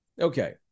Okay